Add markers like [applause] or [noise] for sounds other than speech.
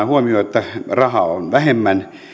[unintelligible] huomioon että rahaa on vähemmän